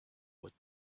what